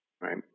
Right